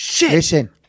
Listen